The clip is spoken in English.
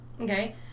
Okay